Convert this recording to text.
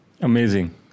amazing